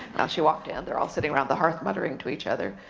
she walked in, they're all sitting around the hearth muttering to each other,